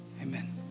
Amen